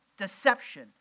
deception